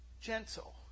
gentle